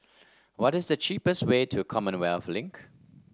what is the cheapest way to Commonwealth Link